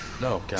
No